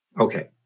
Okay